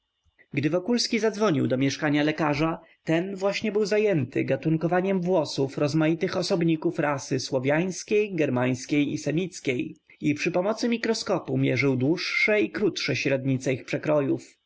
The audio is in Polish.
gdy wokulski zadzwonił do mieszkania lekarza ten właśnie był zajęty gatunkowaniem włosów rozmaitych osobników rasy słowiańskiej germańskiej i semickiej i przy pomocy mikroskopu mierzył dłuższe i krótsze średnice ich przekrojów